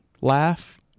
laugh